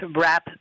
wrap